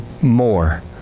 more